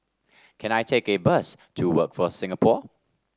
can I take a bus to Workforce Singapore